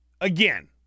Again